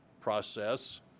process